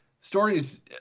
Stories